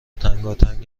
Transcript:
تنگاتنگ